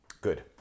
Good